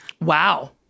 Wow